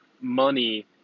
money